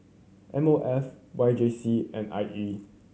M O F Y J C and I E